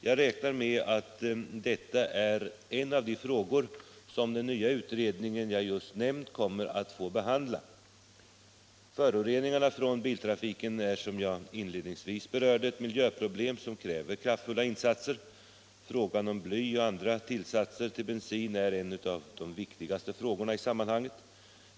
Jag räknar med att detta är en av de frågor som den nya utredning jag just nämnt kommer att få behandla. Föroreningarna från biltrafiken är som jag inledningsvis berörde ett miljöproblem som kräver kraftfulla insatser. Frågan om bly och andra tillsatser till bensin är en av de viktigaste frågorna i sammanhanget.